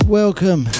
welcome